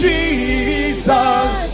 Jesus